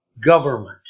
government